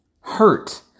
hurt